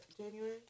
January